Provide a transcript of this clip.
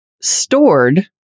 stored